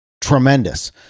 tremendous